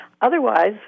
Otherwise